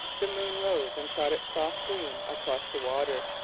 the moon rose and shot its soft gleam across the water.